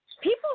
people